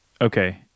Okay